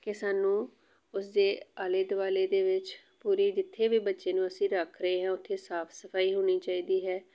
ਕਿ ਸਾਨੂੰ ਉਸਦੇ ਆਲੇ ਦੁਆਲੇ ਦੇ ਵਿੱਚ ਪੂਰੀ ਜਿੱਥੇ ਵੀ ਬੱਚੇ ਨੂੰ ਅਸੀਂ ਰੱਖ ਰਹੇ ਹਾਂ ਉੱਥੇ ਸਾਫ ਸਫਾਈ ਹੋਣੀ ਚਾਹੀਦੀ ਹੈ